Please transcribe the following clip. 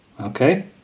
Okay